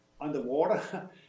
underwater